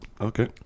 okay